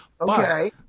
Okay